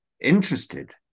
interested